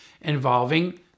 involving